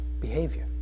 behavior